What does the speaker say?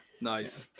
nice